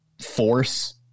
force